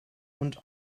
und